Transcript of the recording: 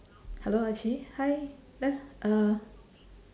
hello ah qi hi let's uh